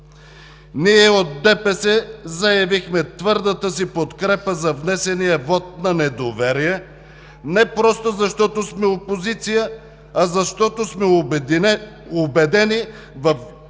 Ние от ДПС заявихме твърдата си подкрепа за внесения вот на недоверие не просто защото сме опозиция, а защото сме убедени във вредата,